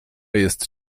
jest